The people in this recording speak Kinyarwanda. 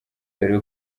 dore